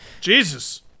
Jesus